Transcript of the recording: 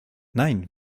nein